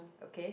okay